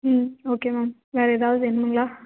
ம் okay ma'am வேறு எதாவது வேணுங்களா